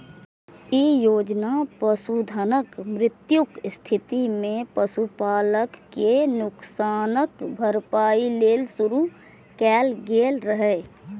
ई योजना पशुधनक मृत्युक स्थिति मे पशुपालक कें नुकसानक भरपाइ लेल शुरू कैल गेल रहै